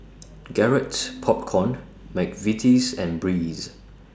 Garrett Popcorn Mcvitie's and Breeze